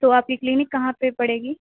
تو آپ کی کلینک کہاں پہ پڑے گی